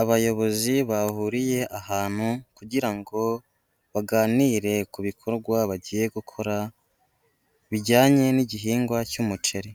Abayobozi bahuriye ahantu kugira ngo baganire ku bikorwa bagiye gukora bijyanye n'igihingwa cy'umuceri,